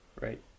Right